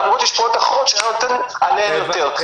למרות שיש פה עוד --- שהוא היה נותן עליהן יותר.